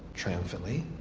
triumphantly.